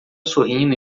sorrindo